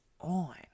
on